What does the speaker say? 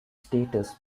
status